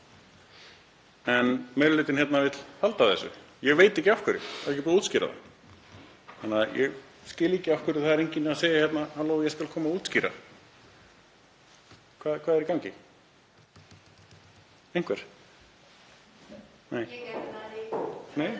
En meiri hlutinn hérna vill halda þessu. Ég veit ekki af hverju. Það er ekki búið að útskýra það. Ég skil ekki af hverju það er enginn hérna sem segir: Ég skal koma að útskýra. Hvað er í gangi? Einhver? Nei.